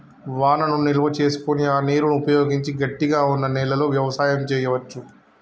వానను నిల్వ చేసుకొని ఆ నీరును ఉపయోగించి గట్టిగ వున్నా నెలలో వ్యవసాయం చెయ్యవచు